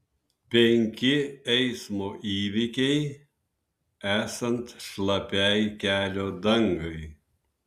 penki eismo įvykiai esant šlapiai kelio dangai